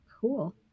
Cool